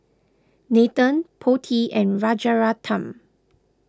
Nathan Potti and Rajaratnam